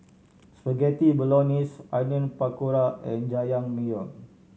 Spaghetti Bolognese Onion Pakora and Jajangmyeon